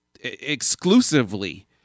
exclusively